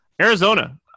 Arizona